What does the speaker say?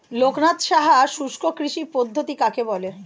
লোকনাথ সাহা শুষ্ককৃষি পদ্ধতি কাকে বলে?